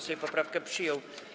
Sejm poprawkę przyjął.